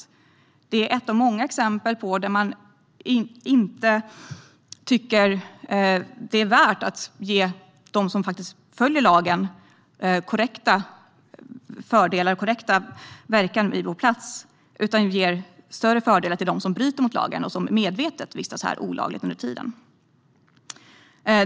Detta är ett av många exempel på att man inte tycker att det är värt att ge dem som följer lagen korrekta fördelar och korrekt verkan i vårt land utan ger större fördelar för dem som bryter mot lagen och medvetet vistas här olagligt under tiden.